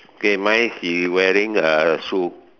okay mine she wearing a shoe